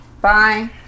Bye